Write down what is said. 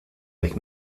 avec